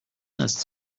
است